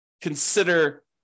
consider